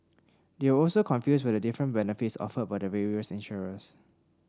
they were also confused by the different benefits offered by the various insurers